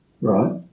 right